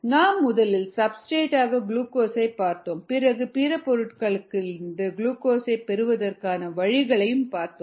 நாம் முதலில் சப்ஸ்டிரேட் ஆக குளுக்கோஸைப் பார்த்தோம் பிறகு பிற பொருட்களிலிருந்து குளுக்கோஸைப் பெறுவதற்கான வழிகளை பார்த்தோம்